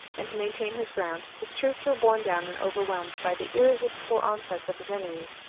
and to maintain his ground, his troops were borne down and overwhelmed by the irresistible onsets of his enemies,